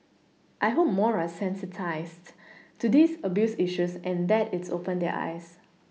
I hope more are sensitised to these abuse issues and that it's opened their eyes